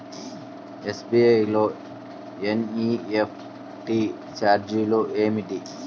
SBI లో NEFT ఛార్జీలు ఏమిటి?